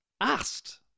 Asked